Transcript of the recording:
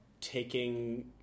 Taking